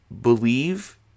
believe